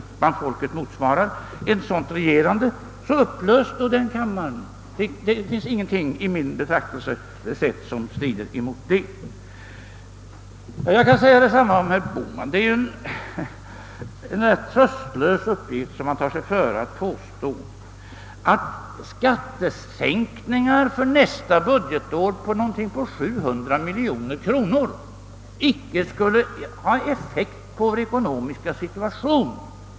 Det finns ingenting i mitt betraktelsesätt som strider häremot. Jag kan säga detsamma beträffande herr Bohman. Det är ju rätt tröstlöst när han påstår att skattesänkningar för nästa budgetår på någonting på 700 miljoner kronor inte skulle ha någon effekt på vår ekonomiska situation.